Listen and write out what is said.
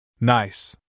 Nice